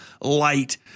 light